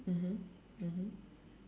mmhmm mmhmm